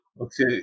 Okay